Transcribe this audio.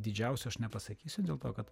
didžiausio aš nepasakysiu dėl to kad